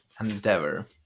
endeavor